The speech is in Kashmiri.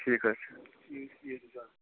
ٹھیٖک حظ چھُ